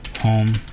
home